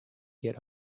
get